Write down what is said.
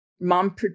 mom